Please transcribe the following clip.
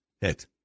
hit